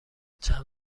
چند